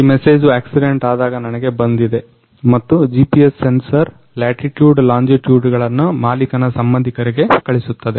ಈ message accident ಆದಾಗ ನನಗೆ ಬಂದಿದೆ ಮತ್ತು GPS ಸೆನ್ಸರ್ ಲ್ಯಾಟಿಟುಡ್ ಮತ್ತು ಲಾಂಜಿಟುಡ್ ಗಳನ್ನ ಮಾಲಿಕನ ಸಂಬಂಧಿಕರಿಗೆ ಕಳಿಸುತ್ತದೆ